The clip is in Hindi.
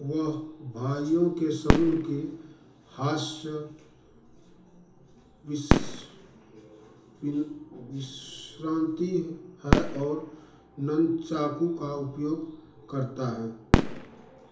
वह भाइयों के समूह की हास्य विस विश्रान्ति है और ननचाकू का उपयोग करता है